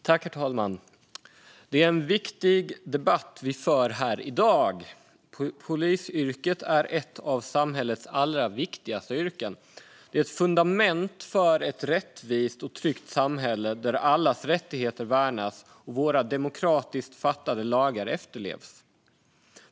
Herr talman! Det är en viktig debatt vi har här i dag. Polisyrket är ett av samhällets viktigaste yrken. Det är ett fundament för ett rättvist och tryggt samhälle där allas rättigheter värnas och våra demokratiskt beslutade lagar efterlevs.